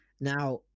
Now